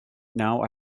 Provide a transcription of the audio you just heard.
now